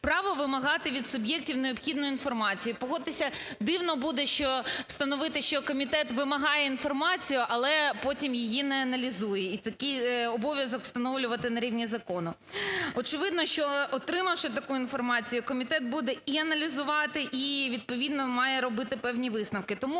право вимагати від суб'єктів необхідну інформацію. І погодьтеся, дивно буде, що встановити, що комітет вимагає інформацію, але потім її не аналізує, і такий обов'язок встановлювати на рівні закону. Очевидно, що, отримавши таку інформацію, комітет буде і аналізувати і відповідно має робити певні висновки.